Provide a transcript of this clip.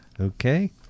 Okay